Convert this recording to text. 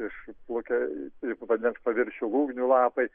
išplaukė į vandens paviršių lūgnių lapai